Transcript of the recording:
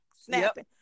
snapping